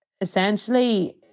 essentially